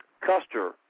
Custer